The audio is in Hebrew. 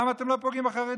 למה אתם לא פוגעים בחרדים?